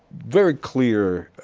very clear